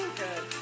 good